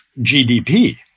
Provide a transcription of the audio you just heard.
GDP